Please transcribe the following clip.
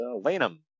Lanham